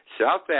South